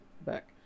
Back